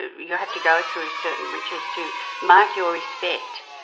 you have to go through certain rituals to mark your respect.